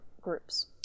groups